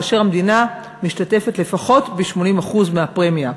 כאשר המדינה משתתפת לפחות ב-80% מהפרמיה.